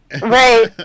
Right